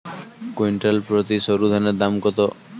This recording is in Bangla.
কুইন্টাল প্রতি সরুধানের দাম কত?